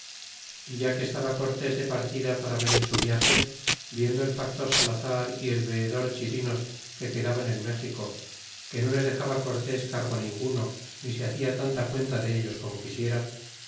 é ya que estaba cortés de partida para venir su viage viendo el factor salazar y el veedor chirinos que quedaban en méxico que no les dexaba cortés cargo ninguno ni se lacia tanta cuenta de ellos cómo quisieran